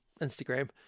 Instagram